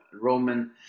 Roman